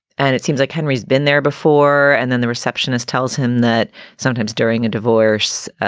and it seems like henry's been there before. and then the receptionist tells him that sometimes during a divorce,